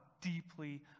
deeply